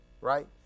Right